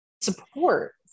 support